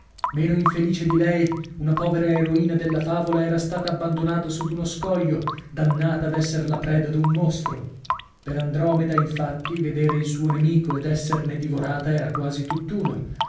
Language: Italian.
meno infelice di lei una povera eroina della favola era stata abbandonata su d'uno scoglio dannata ad esser la preda d'un mostro per andromeda infatti vedere il suo nemico ed esserne divorata era quasi tutt'uno